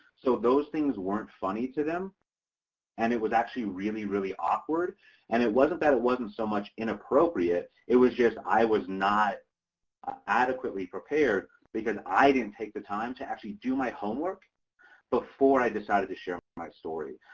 so those things weren't funny to them and it was actually really really awkward and it wasn't that it wasn't so much inappropriate it was just i was not adequately prepared because i didn't take the time to actually do my homework before i decided to share my story.